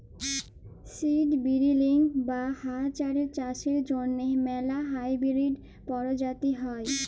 seed drilling বা গাহাচের চারার জ্যনহে ম্যালা হাইবিরিড পরজাতি হ্যয়